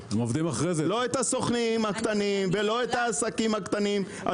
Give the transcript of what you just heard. הגדולות; לא את הסוכנים הקטנים ולא את העסקים הקטנים.